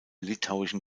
litauischen